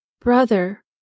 brother